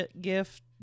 gift